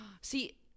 See